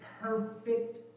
perfect